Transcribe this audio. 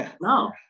No